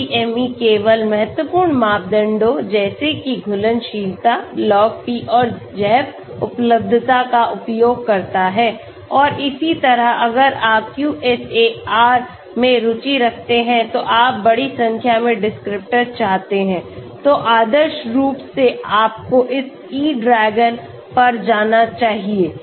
SwissADME केवल महत्वपूर्ण मापदंडों जैसे कि घुलनशीलता Log P और जैवउपलब्धता का उपयोग करता है और इसी तरह अगर आप QSAR में रुचि रखते हैं तो आप बड़ी संख्या मेंडिस्क्रिप्टर चाहते हैं तो आदर्श रूप से आपको इस E DRAGON पर जाना चाहिए